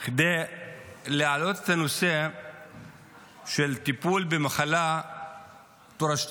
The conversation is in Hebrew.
כדי להעלות את הנושא של טיפול במחלה תורשתית,